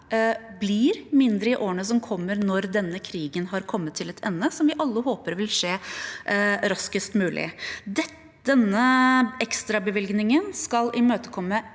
blir mindre i årene som kommer, når denne krigen har kommet til sin ende – noe vi alle håper vil skje raskest mulig. Denne ekstrabevilgningen skal imøtekomme